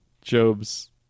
Job's